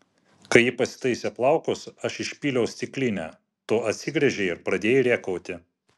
kai ji pasitaisė plaukus aš išpyliau stiklinę tu atsigręžei ir pradėjai rėkauti